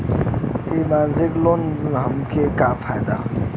इ मासिक लोन से हमके का फायदा होई?